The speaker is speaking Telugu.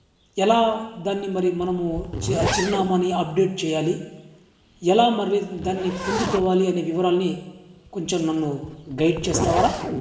ఎలా దాన్ని మరి మనము ఆ చిరునామాని అప్డేట్ చేయాలి ఎలా మరల దాన్ని పొందుకోవాలి అనే వివరాల్ని కొంచెం నన్ను గైడ్ చేస్తావారా